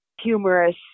humorous